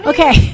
Okay